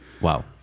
Wow